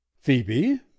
Phoebe